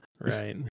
right